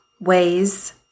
ways